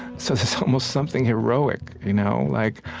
so there's almost something heroic you know like,